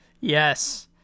Yes